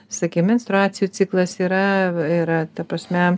sakei menstruacijų ciklas yra yra ta prasme